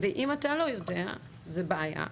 ואם אתה לא יודע זו בעיה,